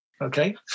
Okay